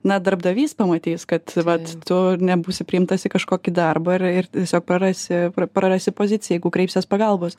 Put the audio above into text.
na darbdavys pamatys kad vat tu nebūsi priimtas į kažkokį darbą ir ir tiesiog prarasi prarasi poziciją jeigu kreipsies pagalbos